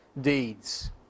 deeds